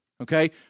okay